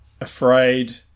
afraid